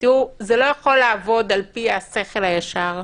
זה לא יכול לעבוד לפי השכל הישר,